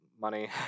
money